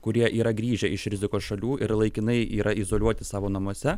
kurie yra grįžę iš rizikos šalių ir laikinai yra izoliuoti savo namuose